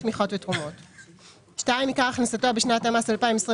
תמיכות ותרומות); עיקר הכנסתו בשנת המס 2022